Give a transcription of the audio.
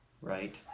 right